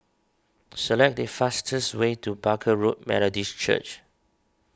select the fastest way to Barker Road Methodist Church